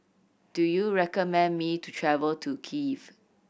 do you recommend me to travel to Kiev